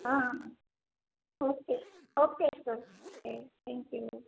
અ અ હાં okay okay okay thank you